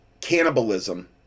cannibalism